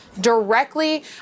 directly